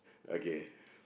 okay